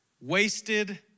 wasted